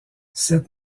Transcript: cette